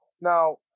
Now